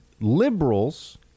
liberals